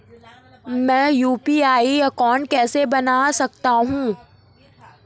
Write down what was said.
मैं UPI account कैसे बना सकता हूं?